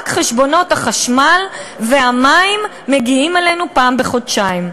רק חשבונות החשמל והמים מגיעים אלינו פעם בחודשיים.